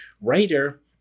writer